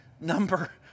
number